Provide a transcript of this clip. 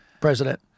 president